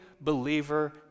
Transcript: believer